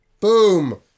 Boom